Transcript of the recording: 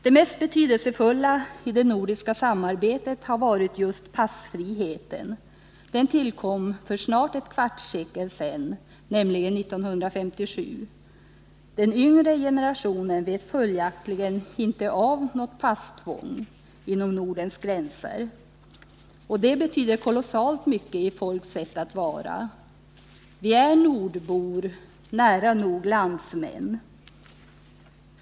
Det mest betydelsefulla i det nordiska samarbetet har varit just passfriheten. Den tillkom för snart ett kvarts sekel sedan, nämligen 1957. Den yngre generationen vet följaktligen inte av något passtvång inom Nordens gränser, och det betyder kolossalt mycket i folks sätt att vara. Vi är nordbor, nära nog landsmän.